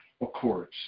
Accords